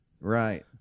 Right